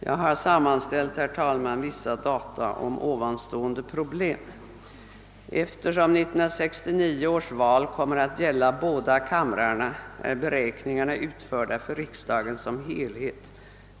Jag har sammanställt vissa data om dessa problem. Eftersom 1970 års val kommer att gälla båda kamrarnas ledamöter, är beräkningarna utförda för riksdagen som helhet.